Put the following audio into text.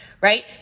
right